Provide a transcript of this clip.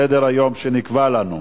אנחנו ממשיכים בסדר-היום שנקבע לנו: